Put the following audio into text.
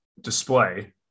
display